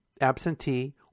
absentee